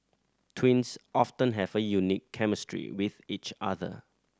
twins often have a unique chemistry with each other